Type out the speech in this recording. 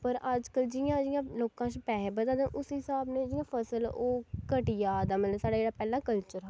पर अज्ज कल जि'यां जि'यां लोकां श पैसे बधा दे उस स्हाब नै जि'यां फसल ओह् घट्टी जा दा मतलब साढ़ा जेह्ड़ा पैह्लें कल्चर हा